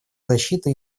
защита